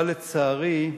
אבל, לצערי,